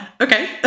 okay